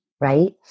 right